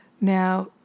Now